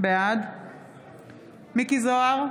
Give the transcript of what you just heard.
בעד מכלוף מיקי זוהר,